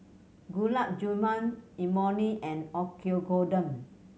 Gulab Jamun Imoni and Oyakodon